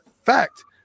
fact